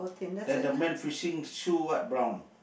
then the men fishing shoe what brown